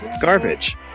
garbage